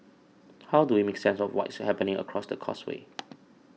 how do we make sense of what's happening across the causeway